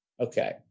Okay